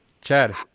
Chad